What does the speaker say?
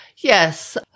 yes